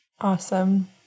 Awesome